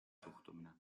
suhtumine